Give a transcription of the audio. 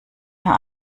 mehr